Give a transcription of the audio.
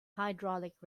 hydraulic